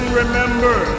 remember